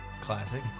classic